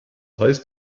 heißt